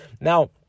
Now